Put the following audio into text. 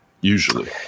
usually